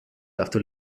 after